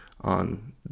on